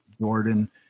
Jordan